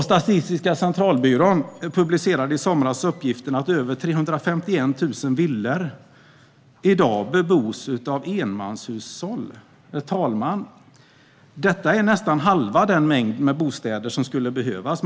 Statistiska centralbyrån publicerade i somras uppgiften att över 351 000 villor bebos av ensamhushåll. Det är nästan halva den mängd bostäder som skulle behövas.